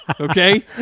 Okay